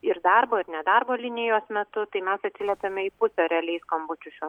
ir darbo ir nedarbo linijos metu tai mes atsiliepiame į pusę realiai skambučių šiuo